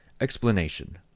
Explanation